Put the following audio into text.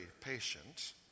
patient